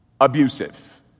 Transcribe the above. abusive